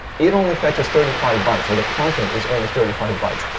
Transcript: it only fetches thirty five bytes, or the content is only thirty five bytes.